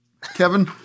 Kevin